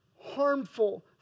harmful